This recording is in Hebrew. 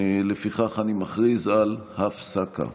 לפיכך, אני מכריז על הפסקה.